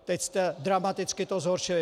Teď jste to dramaticky zhoršili.